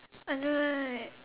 I know right